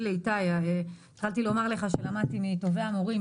לאיתי: התחלתי לומר לך שלמדתי מטובי המורים,